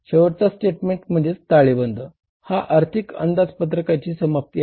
शेवटचा स्टेटमेंट म्हणजेच ताळेबंद हा आर्थिक अंदाजपत्रकाची समाप्ती आहे